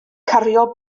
cario